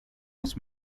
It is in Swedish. hos